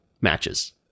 matches